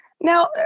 Now